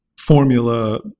formula